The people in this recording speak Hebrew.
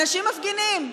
אנשים מפגינים.